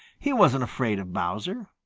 he wasn't afraid of bowser.